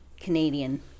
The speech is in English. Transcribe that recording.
Canadian